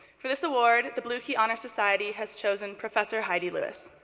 for this award, the blue key honor society has chosen professor heidi lewis.